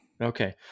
Okay